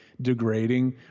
degrading